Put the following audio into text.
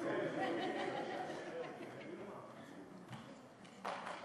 חבר הכנסת קיש, נא לשבת, השר יריב לוין